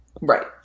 Right